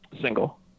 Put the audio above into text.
Single